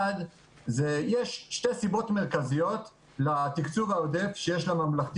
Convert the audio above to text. יש שתי סיבות מרכזיות לתקצוב העודף שיש לממלכתי